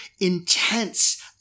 intense